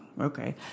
okay